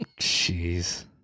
Jeez